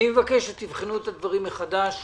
אני מבקש שתבחנו את הדברים מחדש,